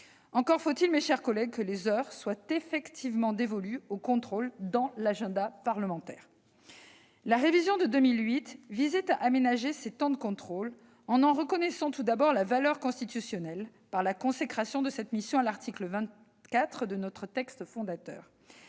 Encore faut-il, mes chers collègues, que des heures soient effectivement dévolues au contrôle dans l'agenda parlementaire ... La révision de 2008 visait à aménager ces temps de contrôle, en en reconnaissant tout d'abord la valeur constitutionnelle, par la consécration de cette mission à l'article 24 de notre texte fondateur,